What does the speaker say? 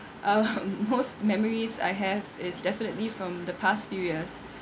uh most memories I have is definitely from the past few years